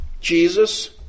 Jesus